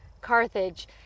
carthage